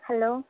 hello